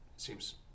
Seems